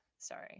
sorry